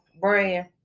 brand